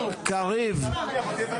המטרה הזאת הוא פסול ולכן ביקשנו להגביל את